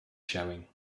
showing